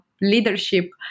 leadership